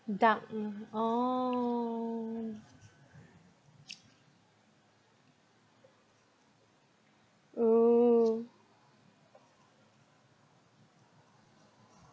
duck orh oh oo